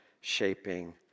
shaping